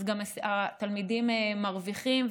אז גם התלמידים מרוויחים.